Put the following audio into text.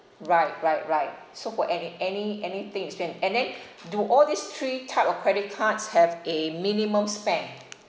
right right right so for any any anything you spend and then do all these three type of credit cards have a minimum spend